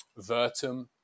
Vertum